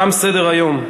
תם סדר-היום.